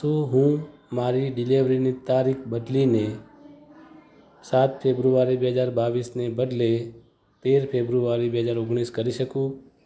શું હું મારી ડિલિવરીની તારીખ બદલીને સાત ફેબ્રુઆરી બે હજાર બાવીસને બદલે તેર ફેબ્રુઆરી બે હજાર ઓગણીસ કરી શકું